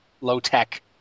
Low-tech